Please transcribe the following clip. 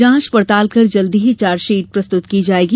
जांच पड़ताल कर जल्दी ही चार्जशीट प्रस्तुत की जायेगी